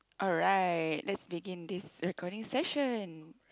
alright let's begin this recording session